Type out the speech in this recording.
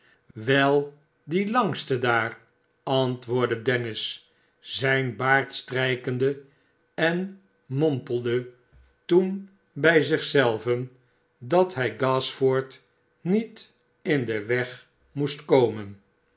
die langste daar antwoordde dennis zijn baard strijkende en mompelde toen bij zich zelven dat hij gashford niet in den weg moest komen